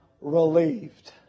relieved